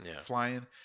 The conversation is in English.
flying